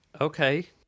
Okay